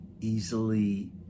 easily